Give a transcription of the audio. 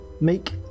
make